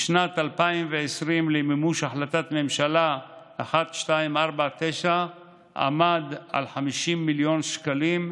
בשנת 2020 למימוש החלטת הממשלה 1249 עמד על 50 מיליון שקלים,